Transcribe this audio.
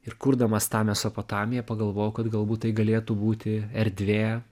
ir kurdamas tą mesopotamiją pagalvojau kad galbūt tai galėtų būti erdvė